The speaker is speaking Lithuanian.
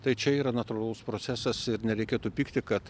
tai čia yra natūralus procesas ir nereikėtų pykti kad